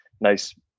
nice